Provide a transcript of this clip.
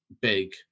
big